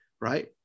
right